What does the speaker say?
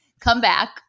comeback